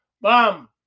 Bomb